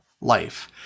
life